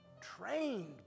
Trained